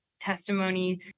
testimony